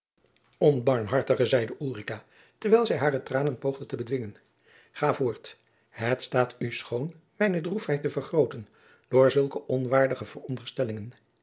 verdoven onbarmhartige zeide ulrica terwijl zij hare tranen poogde te bedwingen ga voort het staat u schoon mijne droefheid te vergrooten door zulke onwaardige veronderstellingen